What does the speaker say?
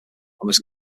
was